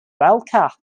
wildcat